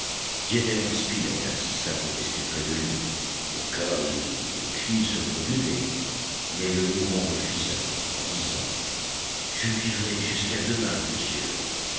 gédéon spilett insista pour rester près de lui au cas où une crise se produirait mais le mourant refusa en disant je vivrai jusqu'à demain monsieur